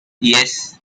yes